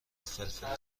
فلفل